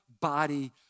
body